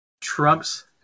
Trump's